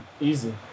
Easy